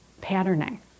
patterning